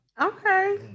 okay